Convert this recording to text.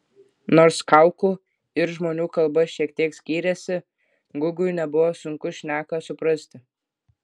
nors kaukų ir žmonių kalba šiek tiek skyrėsi gugiui nebuvo sunku šneką suprasti